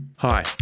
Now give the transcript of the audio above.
Hi